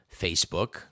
Facebook